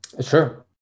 Sure